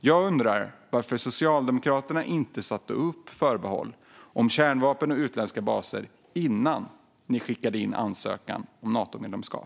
Jag undrar varför Socialdemokraterna inte satte upp förbehåll om kärnvapen och utländska baser innan ni skickade in ansökan om Natomedlemskap.